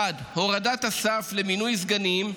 1. הורדת הסף למינוי סגנים,